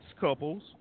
couples